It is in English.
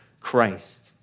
Christ